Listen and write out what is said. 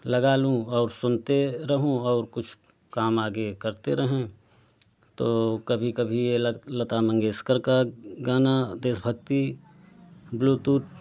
लगा लूँ और सुनते रहूँ और कुछ काम आगे करते रहें तो कभी कभी यह लग लता मंगेशकर का गाना देशभक्ति ब्लूटूथ